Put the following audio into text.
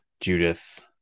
Judith